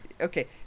Okay